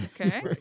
Okay